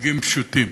אורגים פשוטים.